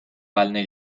haline